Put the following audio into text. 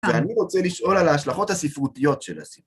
ואני רוצה לשאול על ההשלכות הספרותיות של הסיפור.